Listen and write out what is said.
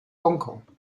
hongkong